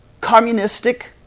communistic